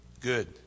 good